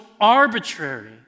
arbitrary